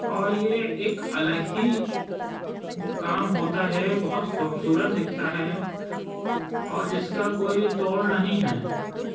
اور یہ ایک الگ ہی کام ہوتا ہے بہت خوبصورت دکھتا ہے اور جس کا کوئی توڑ نہیں ہے